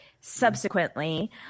subsequently